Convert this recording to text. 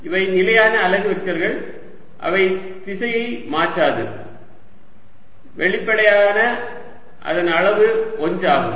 இவை நிலையான அலகு வெக்டர்கள் அவை திசையை மாற்றாது வெளிப்படையாக அதன் அளவு 1 ஆகும்